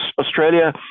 Australia